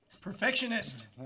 Perfectionist